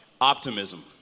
optimism